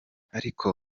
ariko